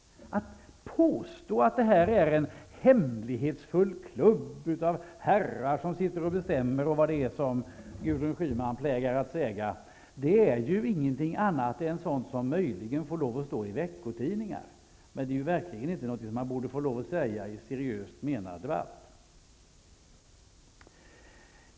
Att påstå att detta är en hemlighetsfull klubb med herrar som sitter och bestämmer, och vad det nu är som Gudrun Schyman plägar att säga. Det är ju ingenting annat än sådant som får lov att stå i veckotidningar, men det är verkligen ingenting som man borde få lov att säga i en seriöst menad debatt.